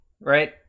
right